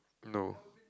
no